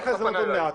ההזדמנות.